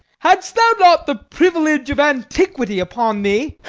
hadst thou not the privilege of antiquity upon thee